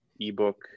ebook